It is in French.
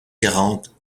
quarante